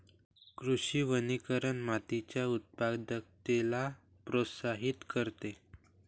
कृषी वनीकरण मातीच्या उत्पादकतेला प्रोत्साहित करते